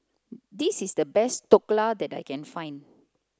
this is the best Dhokla that I can find